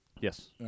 Yes